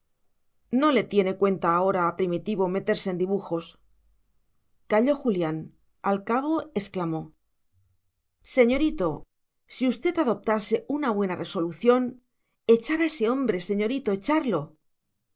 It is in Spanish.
no le tiene cuenta ahora a primitivo meterse en dibujos calló julián al cabo exclamó señorito si usted adoptase una buena resolución echar a ese hombre señorito echarlo